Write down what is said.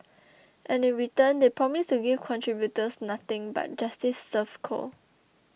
and in return they promise to give contributors nothing but justice served cold